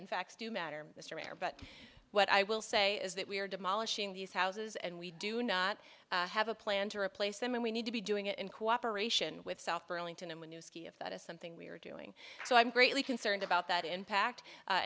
and facts do matter mr mayor but what i will say is that we are demolishing these houses and we do not have a plan to replace them and we need to be doing it in cooperation with south burlington and when you see if that is something we are doing so i'm greatly concerned about that impact